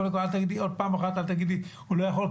קודם כל עוד פעם אחת אל תגידי הוא לא יכול,